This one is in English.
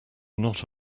not